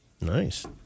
Nice